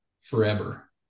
forever